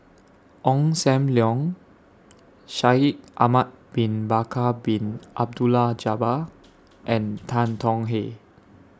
Ong SAM Leong Shaikh Ahmad Bin Bakar Bin Abdullah Jabbar and Tan Tong Hye